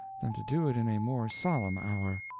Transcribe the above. than to do it in a more solemn hour.